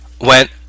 went